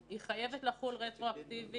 היא חייבת לחול רטרואקטיבית